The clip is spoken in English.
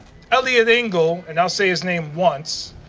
eliot engle, and i'll say his name once,